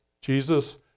Jesus